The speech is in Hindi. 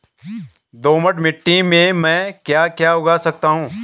दोमट मिट्टी में म ैं क्या क्या उगा सकता हूँ?